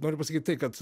noriu pasakyt tai kad